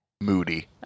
Moody